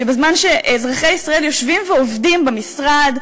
שבזמן שאזרחי ישראל יושבים ועובדים במשרד,